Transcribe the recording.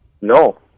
No